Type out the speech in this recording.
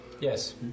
yes